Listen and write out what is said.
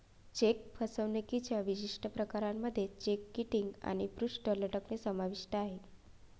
check फसवणुकीच्या विशिष्ट प्रकारांमध्ये चेक किटिंग आणि पृष्ठ लटकणे समाविष्ट आहे